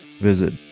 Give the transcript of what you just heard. visit